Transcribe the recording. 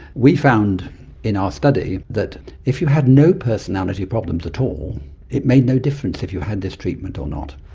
we found in our study that if you had no personality problems at all it made no difference if you had this treatment or not.